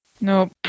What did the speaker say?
Nope